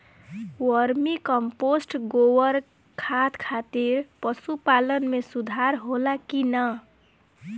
Vermi compost गोबर खाद खातिर पशु पालन में सुधार होला कि न?